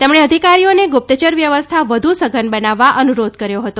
તેમણે અધિકારીઓને ગુપ્તચર વ્યવસ્થા વધુ સઘન બનાવવા અનુરોધ કર્યો હતો